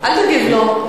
אל תגיב לו.